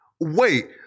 Wait